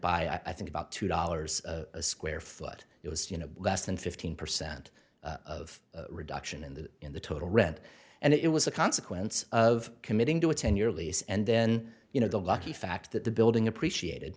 by i think about two dollars a square foot it was you know less than fifteen percent of reduction in the in the total rent and it was a consequence of committing to a ten year lease and then you know the lucky fact that the building appreciated